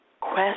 quest